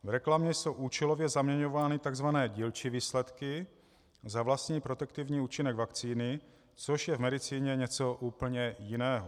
V reklamě jsou účelově zaměňovány tzv. dílčí výsledky za vlastní protektivní účinek vakcíny, což je v medicíně něco úplně jiného.